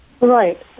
Right